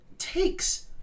takes